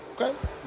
Okay